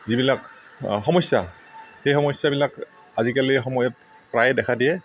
যিবিলাক সমস্যা সেই সমস্যাবিলাক আজিকালি সময়ত প্ৰায়ে দেখা দিয়ে